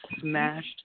smashed